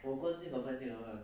我很关心好朋友的